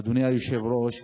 אדוני היושב-ראש,